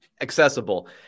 accessible